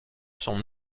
son